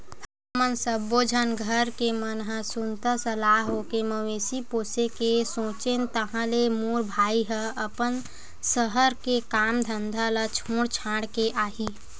हमन सब्बो झन घर के मन ह सुनता सलाह होके मवेशी पोसे के सोचेन ताहले मोर भाई ह अपन सहर के काम धंधा ल छोड़ छाड़ के आही